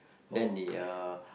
oh correct